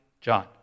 John